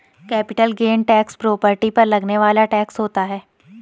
capital gain tax property पर लगने वाला टैक्स होता है